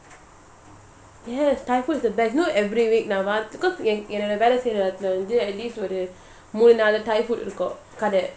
yes thai food is the best you know every week because at least thai food இருக்கும்கடை:irukum kada